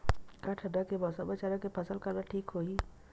का ठंडा के मौसम म चना के फसल करना ठीक होही?